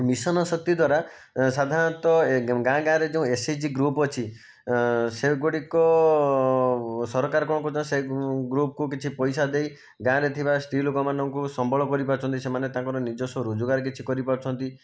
mission Shakti ଦ୍ଵାରା ସାଧାରଣତଃ ଗାଁ ଗାଁରେ ଯେଉଁ ଏସ ଏଚ ଜି ଗୃପ୍ ଅଛି ସେଗୁଡ଼ିକ ସରକାର କଣ କରୁଛନ୍ତି ସେ ଗୃପକୁ କିଛି ପଇସା ଦେଇ ଗାଁରେ ଥିବା ସ୍ତ୍ରୀ ଲୋକମାନଙ୍କୁ ସମ୍ବଳ କରିପାରୁଛନ୍ତି ସେମାନେ ତାଙ୍କର ନିଜସ୍ୱ ରୋଜଗାର କିଛି କରିପାରୁଛନ୍ତି